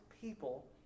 people